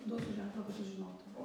duosiu ženklą kad jūs žinotumėt